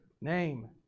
name